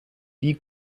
die